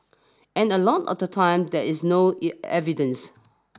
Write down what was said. and a lot of the time there is no evidence